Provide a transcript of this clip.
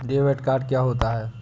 Debit card क्या होता है?